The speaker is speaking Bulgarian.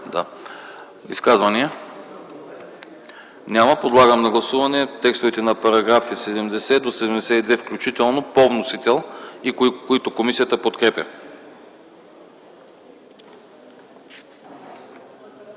Изказвания няма. Подлагам на гласуване текстовете на параграфи от 70 до 72, включително по вносител, които комисията подкрепя.